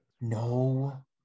No